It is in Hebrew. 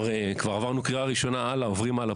חבר הכנסת סעדה אמר שעברנו קריאה ראשונה ועוברים הלאה,